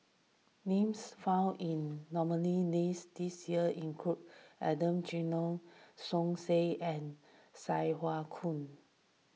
names found in the nominees' list this year include Adan Jimenez Som Said and Sai Hua Kuan